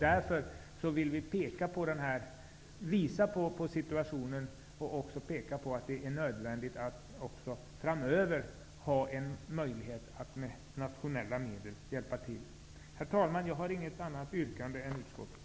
Därför vill vi visa på situationen och peka på att det också framöver måste finnas en möjlighet att hjälpa till med nationella medel. Herr talman! Jag har inget annat yrkande än utskottet.